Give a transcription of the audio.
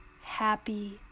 happy